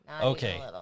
Okay